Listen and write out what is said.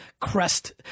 Crest